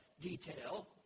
detail